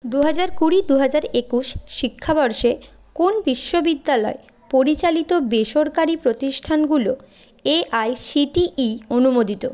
দু হাজার কুড়ি দু হাজার একুশ শিক্ষাবর্ষে কোন বিশ্ববিদ্যালয় পরিচালিত বেসরকারি প্রতিষ্ঠানগুলো এআইসিটিই অনুমোদিত